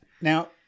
Now